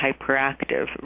hyperactive